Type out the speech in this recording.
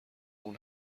اون